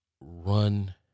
run